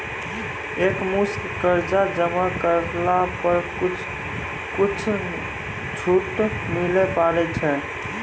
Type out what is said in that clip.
एक मुस्त कर्जा जमा करला पर कुछ छुट मिले पारे छै?